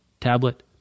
tablet